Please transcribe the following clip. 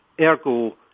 Ergo